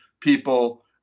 people